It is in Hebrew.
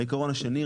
העיקרון השני,